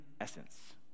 essence